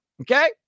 Okay